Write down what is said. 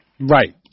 Right